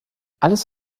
alles